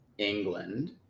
England